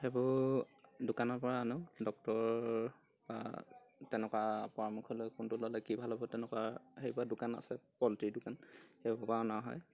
সেইবোৰ দোকানৰ পৰা আনো ডক্টৰ বা তেনেকুৱা পৰামৰ্শ লৈ কোনটো ল'লে কি ভাল হ'ব তেনেকুৱা সেইবোৰ দোকান আছে পল্ট্ৰি দোকান সেইবোৰৰ পৰা অনা হয়